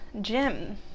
gym